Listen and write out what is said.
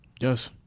Yes